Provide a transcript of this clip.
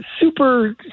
super